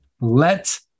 let